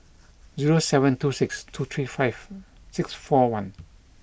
zero seven two six two three five six four one